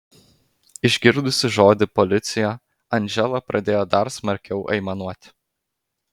išgirdusi žodį policija andžela pradėjo dar smarkiau aimanuoti